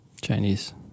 Chinese